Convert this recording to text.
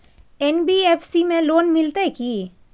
NBFC में loan मिलते की?